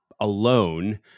alone